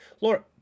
Laura